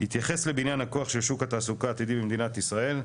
יתייחס לבניין הכוח של שוק התעסוקה העתידי במדינת ישראל.